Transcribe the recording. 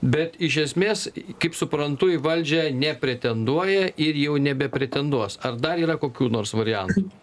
bet iš esmės kaip suprantu į valdžią nepretenduoja ir jau nebepretenduos ar dar yra kokių nors variantų